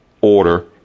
order